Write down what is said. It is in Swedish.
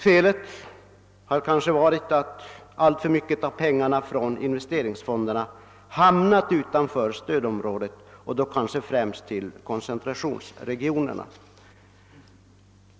Felet har kanske varit att alltför mycket av pengarna från inve steringsfonderna hamnat utanför stödområdet och därvid måhända främst gått till koncentrationsregionerna.